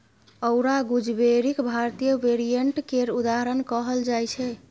औरा गुजबेरीक भारतीय वेरिएंट केर उदाहरण कहल जाइ छै